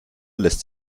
lässt